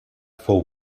fou